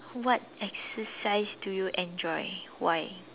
what exercise do you enjoy why